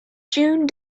june